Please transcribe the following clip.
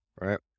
Right